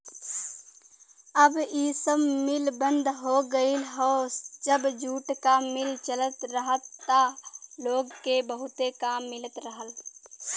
अब इ सब मिल बंद हो गयल हौ जब जूट क मिल चलत रहल त लोग के बहुते काम मिलत रहल